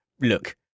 look